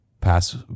pass